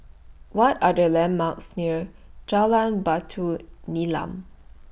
What Are The landmarks near Jalan Batu Nilam